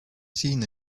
seen